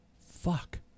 Fuck